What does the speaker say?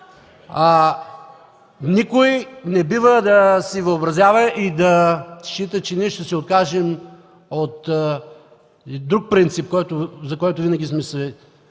Никой не бива да си въобразява и да счита, че ние ще се откажем и от друг принцип, за който винаги сме се